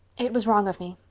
it was wrong of me.